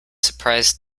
surprised